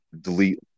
delete